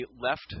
left